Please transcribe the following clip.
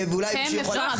ואולי מישהו יכול --- לא,